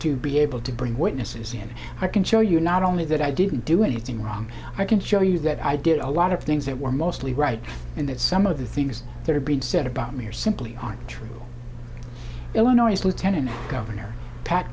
to be able to bring witnesses in i can show you not only that i didn't do anything wrong i can show you that i did a lot of things that were mostly right and that some of the things that have been said about me are simply aren't true illinois lieutenant governor pat